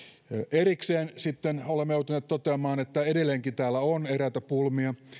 erikseen sitten olemme joutuneet toteamaan että edelleenkin täällä on eräitä pulmia